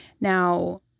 now